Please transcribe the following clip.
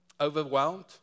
Overwhelmed